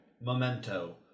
Memento